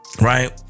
right